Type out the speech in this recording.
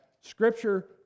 Scripture